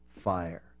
fire